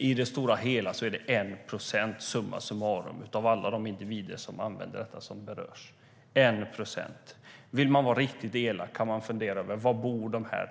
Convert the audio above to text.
I det stora hela är det summa summarum 1 procent av alla de individer som använder detta som berörs - 1 procent. Vill man vara riktigt elak kan man fundera över var dessa individer bor.